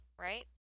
right